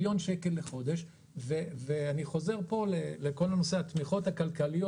אני חוזר פה לכל נושא התמיכות הכלכליות